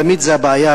תמיד זאת הבעיה,